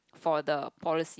for the policy